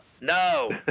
No